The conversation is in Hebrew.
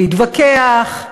להתווכח,